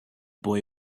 boy